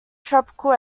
tropical